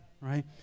Right